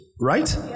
right